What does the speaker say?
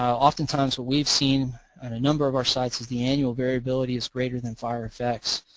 oftentimes what we've seen on a number of our sites is the annual variability is greater than fire effects.